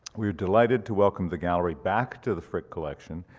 we are delighted to welcome the gallery back to the frick collection,